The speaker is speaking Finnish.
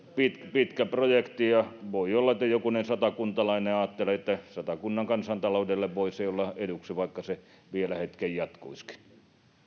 projekti on pitkä voi olla että jokunen satakuntalainen ajattelee että satakunnan kansantaloudelle voisi olla eduksi että se vielä hetken jatkuisikin